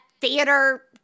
theater